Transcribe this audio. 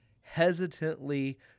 hesitantly